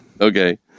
Okay